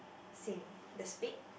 same the spade